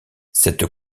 cette